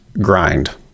grind